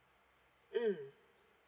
mm